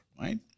right